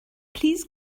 please